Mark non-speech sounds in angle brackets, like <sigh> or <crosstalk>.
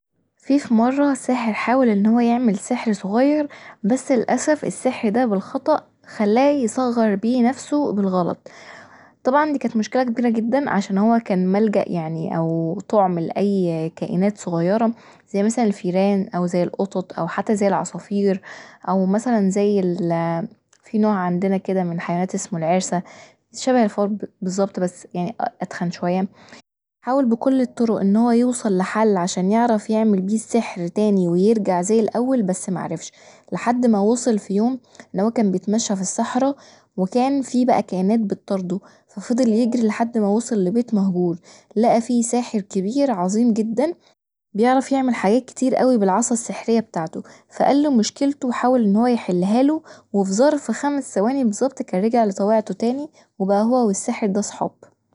فيه فمره ساحر حاول ان هو يعمل سحر صغير بس للأسف السحر دا بالخطأ خلاه يصغر بيه نفسه بالغلط طبعا دي كانت مشكله كبيره جدا عشان هو كان ملجأ يعني او كان طعم لأي كائنات صغيره زي مثلا الفيران وزي القطط او حتي زي العصافير او مثلا زي <hesitation> فيه نوع كدا عندنا من الحيوانات اسمه العرسه، شبه الفار بالطبط بس اتخن شويه، حاول بكل الطرق انه يوصل لحل عشان يعرف يعمل بيه السحر تاني ويرجع زي الأول بس معرفش لحد ما وصل في يوم ان هو كان بيتمشي في الصحرا وكان بيه بقي كائنات بتطارده فضل يجري لحد ما وصل لبيت مهجور، لقي فيه ساحر كبير عطيم جدا بيعزف يعمل حاجات كتير اوي بالعصا السحرية بتاعتهفقاله مشكلته وحاول ان هو يحلهاله وفي ظرف خمس ثواني بالظبط كان رجع لطبيعته تاني وبقي هو والساحر دا صحاب.